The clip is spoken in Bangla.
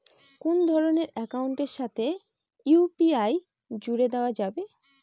কোন ধরণের অ্যাকাউন্টের সাথে ইউ.পি.আই জুড়ে দেওয়া যাবে?